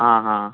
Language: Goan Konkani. आं हां